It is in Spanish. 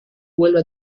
vuelve